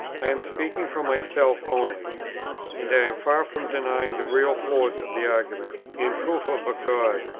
i am speaking for myself only and i am far from denying the real force of the arguments in proof of a god,